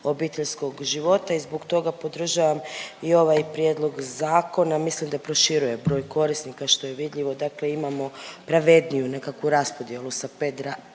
obiteljskog života i zbog toga podržavam i ovaj prijedlog zakona, mislim da proširuje broj korisnika što je vidljivo dakle imamo pravedniju nekakvu raspodjelu sa pet